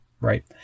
right